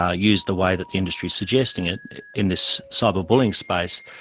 ah used the way that the industry is suggesting it in this cyber bullying space,